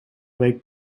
week